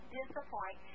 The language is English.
disappoint